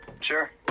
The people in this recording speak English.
Sure